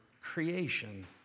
creation